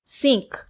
sink